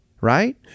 Right